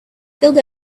filled